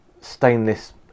stainless